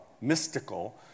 mystical